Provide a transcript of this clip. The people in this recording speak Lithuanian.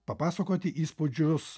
papasakoti įspūdžius